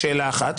זו שאלה אחת.